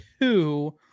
two